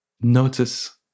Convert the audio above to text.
notice